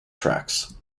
tracks